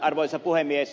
arvoisa puhemies